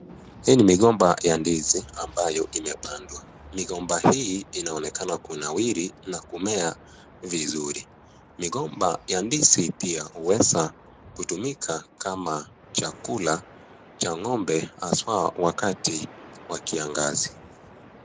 Hii ni migomba ya ndizi ambayo imepandwa. Migomba hii inaonekana kunawiri na kumea vizuri. Migomba ya ndizi pia uweza kutumika kama chakula cha ng'ombe haswa wakati wa kiangazi.